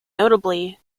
notably